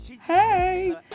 Hey